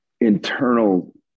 internal